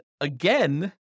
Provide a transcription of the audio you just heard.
again